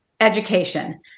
education